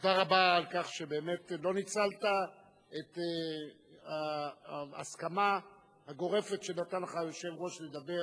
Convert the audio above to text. תודה רבה על כך שבאמת לא ניצלת את ההסכמה הגורפת שנתן לך היושב-ראש לדבר